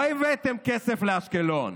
לא הבאתם כסף לאשקלון.